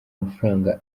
mafaranga